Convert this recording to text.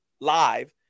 live